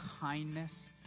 kindness